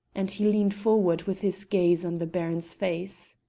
and he leaned forward with his gaze on the baron's face.